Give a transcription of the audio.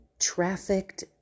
trafficked